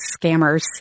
scammers